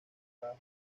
bajo